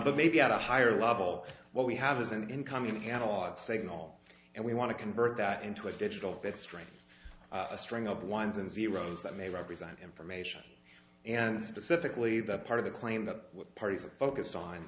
but maybe at a higher level what we have is an incoming analog signal and we want to convert that into a digital bitstream a string of ones and zeroes that may represent information and specifically the part of the claim that parties are focused on